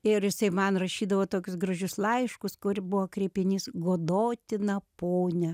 ir jisai man rašydavo tokius gražius laiškus kur buvo kreipinys godotina ponia